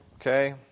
okay